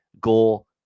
goal